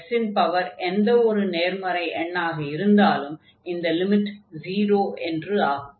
x இன் power எந்த ஒரு நேர்மறை எண்ணாக இருந்தாலும் இந்த லிமிட் 0 என்று ஆகும்